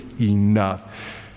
enough